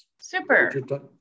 Super